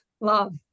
Love